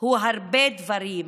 הם הרבה דברים,